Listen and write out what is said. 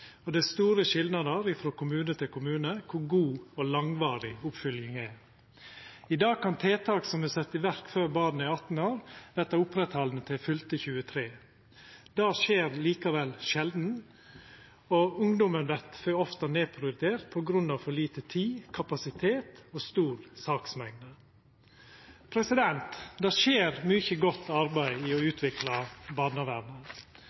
ikkje. Det er store skilnader frå kommune til kommune når det gjeld kor god og langvarig oppfølginga er. I dag kan tiltak som er sette i verk før barnet er 18 år, verta oppretthaldne til fylte 23 år. Det skjer likevel sjeldan, og ungdom vert for ofte nedprioritert på grunn av for lite tid, kapasitet og stor saksmengd. Det skjer mykje godt arbeid i